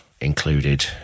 included